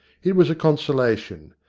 it was a consolation.